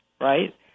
right